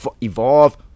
evolve